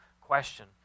question